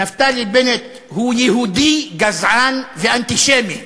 נפתלי בנט הוא יהודי גזען ואנטישמי.